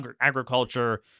agriculture